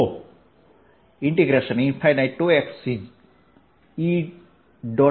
તો xE